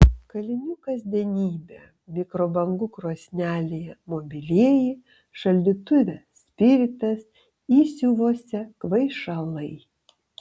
kalinių kasdienybė mikrobangų krosnelėje mobilieji šaldytuve spiritas įsiuvuose kvaišalai